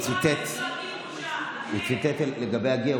הוא ציטט לגבי הגר,